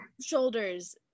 shoulders